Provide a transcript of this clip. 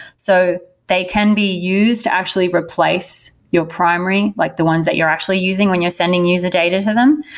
so they can be used to actually replace your primary, like the ones that you're actually using when you're sending user data to them,